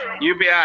UBI